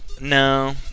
No